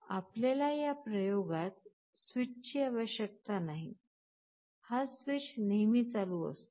आपल्याला या प्रयोगात स्विचची आवश्यकता नाही हा स्विच नेहमी चालू असतो